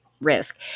risk